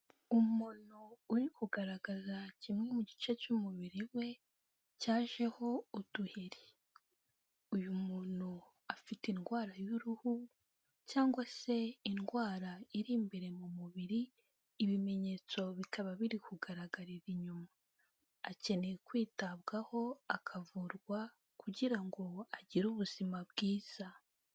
Umuntu uri kugaragaza kimwe mu gice cy'umubiri we cyajeho uduheri. Uyu muntu afite indwara y'uruhu cyangwa se indwara iri imbere mu mubiri ibimenyetso bikaba biri kugaragarira inyuma. Akeneye kwitabwaho akavurwa kugira ngo agire ubuzima bwiza.